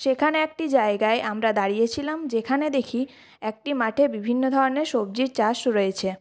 সেখানে একটি জায়গায় আমরা দাঁড়িয়ে ছিলাম যেখানে দেখি একটি মাঠে বিভিন্ন ধরনের সবজির চাষ রয়েছে